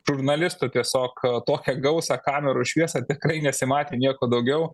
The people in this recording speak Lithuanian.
žurnalistų tiesiog tokią gausą kamerų šviesą tikrai nesimatė nieko daugiau